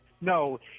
no